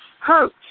Hurt